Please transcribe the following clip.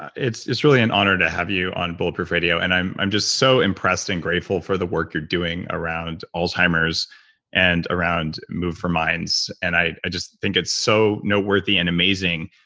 it's it's really an honor to have you on bulletproof radio, and i'm i'm just so impressed and grateful for the work you're doing around alzheimer's and around move for minds and i just think it's so noteworthy and amazing.